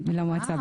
למועצה.